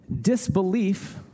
Disbelief